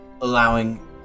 allowing